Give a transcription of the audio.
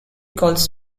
calls